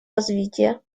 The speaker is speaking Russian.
развития